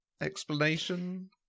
explanation